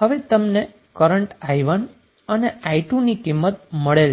હવે જે તમને કરન્ટ i1 અને i2 ની કિંમત મળેલ